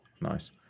Nice